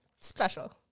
special